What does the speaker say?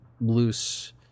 loose